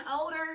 older